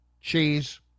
cheese